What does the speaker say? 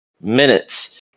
minutes